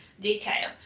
detail